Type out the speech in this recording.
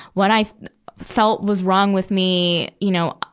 what i felt was wrong with me, you know,